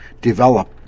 develop